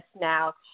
now